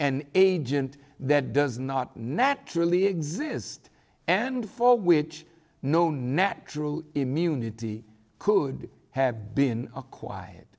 and agent that does not naturally exist and for which no natural immunity could have been a quiet